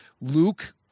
Luke